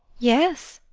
yes.